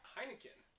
Heineken